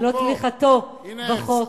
שללא תמיכתו בחוק,